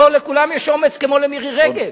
לא לכולם יש אומץ כמו למירי רגב,